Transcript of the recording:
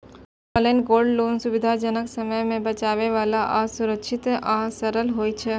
online gold loan सुविधाजनक, समय बचाबै बला आ सुरक्षित आ सरल होइ छै